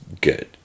good